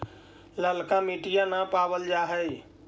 ललका मिटीया न पाबल जा है?